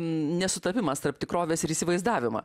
nesutapimas tarp tikrovės ir įsivaizdavimo